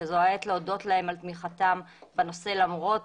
שזו העת להודות להם על תמיכתם בנושא למרות